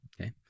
okay